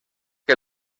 que